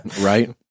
right